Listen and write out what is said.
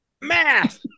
Math